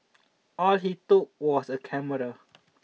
all he took was a camera